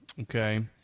Okay